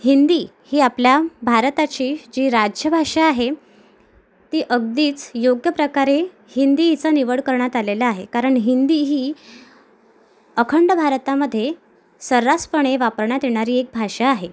हिंदी ही आपल्या भारताची जी राज्यभाषा आहे ती अगदीच योग्य प्रकारे हिंदी हिचं निवड करण्यात आलेलं आहे कारण हिंदी ही अखंड भारतामधे सर्रासपणे वापरण्यात येणारी एक भाषा आहे